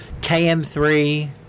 km3